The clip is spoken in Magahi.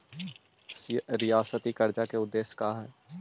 रियायती कर्जा के उदेश्य का हई?